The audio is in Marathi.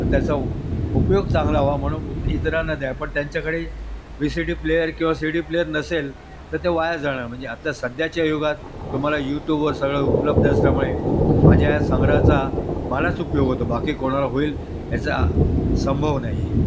तर त्याचा उपयोग चांगला हवा म्हणून इतराना द्या पण त्यांच्याकडे व्हि सी डी प्लेयर किंवा सी डी प्लेयर नसेल तर ते वाया जाणार म्हणजे आता सध्याच्या युगात तुम्हाला यूट्यूबवर सगळं उपलब्ध असल्यामुळे माझ्या ह्या संग्रहाचा मालाच उपयोग होतो बाकी कोणाला होईल याचा संभव नाही आहे